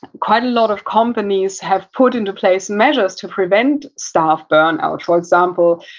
quite a lot of companies have put into place measures to prevent staff burnout. for example,